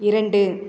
இரண்டு